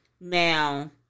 Now